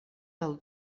del